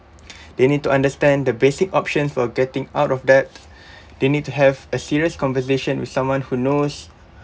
they need to understand the basic options for getting out of debt they need to have a serious conversation with someone who knows